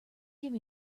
give